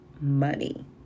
money